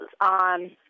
on